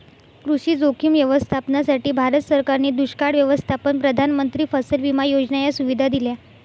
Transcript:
कृषी जोखीम व्यवस्थापनासाठी, भारत सरकारने दुष्काळ व्यवस्थापन, प्रधानमंत्री फसल विमा योजना या सुविधा दिल्या